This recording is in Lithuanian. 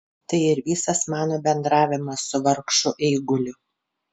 tai ir visas mano bendravimas su vargšu eiguliu